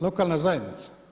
Lokalna zajednica.